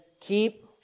keep